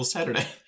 Saturday